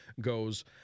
goes